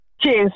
cheers